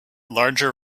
larger